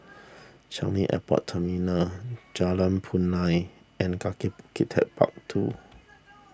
Changi Airport Terminal Jalan Punai and Kaki Bukit Techpark two